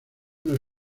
una